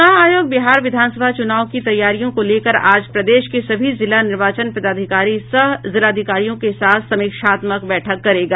चुनाव आयोग बिहार विधानसभा चुनाव की तैयारियों को लेकर आज प्रदेश के सभी जिला निर्वाचन पदाधिकारी सह जिलाधिकारियों के साथ समीक्षात्मक बैठक करेगा